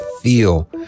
feel